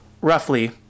roughly